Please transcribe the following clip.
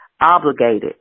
obligated